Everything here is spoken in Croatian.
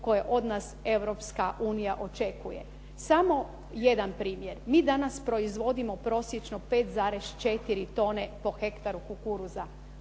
koje od nas Europska unija očekuje. Samo jedan primjer. Mi danas proizvodimo prosječno 5,4 tone po hektaru kukuruza.